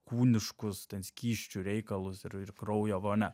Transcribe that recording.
kūniškus skysčių reikalus ir ir kraujo vonia